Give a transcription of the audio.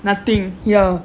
nothing ya